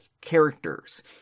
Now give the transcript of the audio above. characters